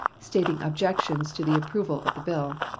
stating objections to the approval of the bill.